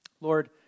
Lord